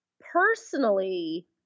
Personally